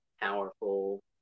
powerful